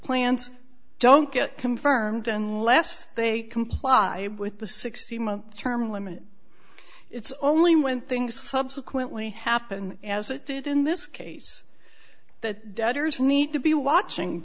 plans don't get confirmed unless they comply with the sixty month term limit it's only when things subsequently happen as it did in this case that editors need to be watching